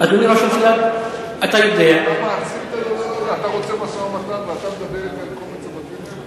אתה רוצה משא-ומתן ואתה מדבר אתי על קומץ הבתים האלה